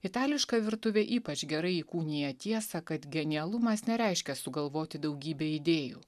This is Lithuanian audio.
itališka virtuvė ypač gerai įkūnija tiesą kad genialumas nereiškia sugalvoti daugybę idėjų